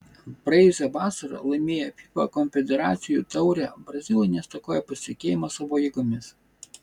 praėjusią vasarą laimėję fifa konfederacijų taurę brazilai nestokoja pasitikėjimo savo jėgomis